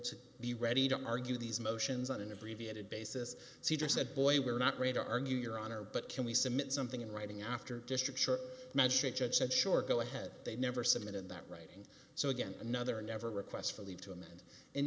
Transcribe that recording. to be ready to argue these motions on an abbreviated basis cedar said boy we're not great argue your honor but can we submit something in writing after district church magistrate judge said sure go ahead they never submitted that writing so again another never requests for leave to amend and